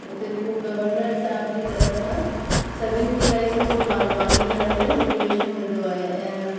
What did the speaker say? हुते जेको गवर्नर साहब जी तरफ सां सभिनि खे इलाही सुठो बागबानी करण लाइ मोटिवेशन मिलंदो आहे ऐं